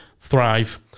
thrive